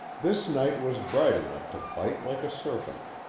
this night was bright enough to bite like a serpent.